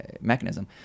mechanism